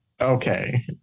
Okay